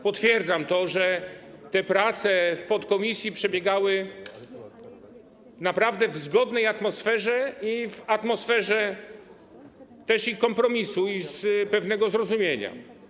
Potwierdzam też to, że prace w podkomisji przebiegały naprawdę w zgodnej atmosferze, w atmosferze kompromisu i pewnego zrozumienia.